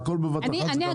הכול בבת אחת זה גם בעיה.